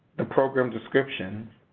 the program description,